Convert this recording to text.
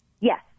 Yes